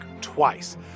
twice